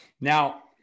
now